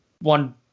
one